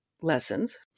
lessons